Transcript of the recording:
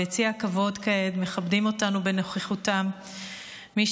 ביציע הכבוד כעת מכבדים אותנו בנוכחותם מי